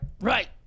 Right